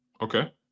Okay